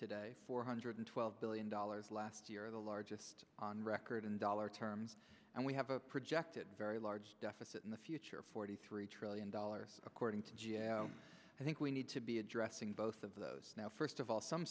today four hundred twelve billion dollars last year the largest on record in dollar terms and we have a projected very large deficit in the future forty three trillion dollars according to i think we need to be addressing both of those now first of all some